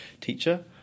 teacher